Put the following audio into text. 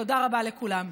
תודה רבה לכולם.